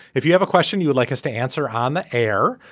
if you have a question you would like us to answer on the air.